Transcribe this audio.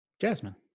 jasmine